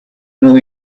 know